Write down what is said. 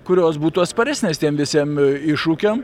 kurios būtų atsparesnės tiem visiem iššūkiam